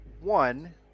One